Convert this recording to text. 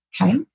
Okay